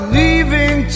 leaving